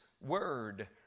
word